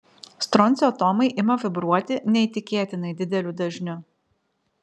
stroncio atomai ima vibruoti neįtikėtinai dideliu dažniu